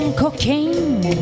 cocaine